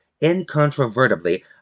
incontrovertibly